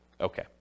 Okay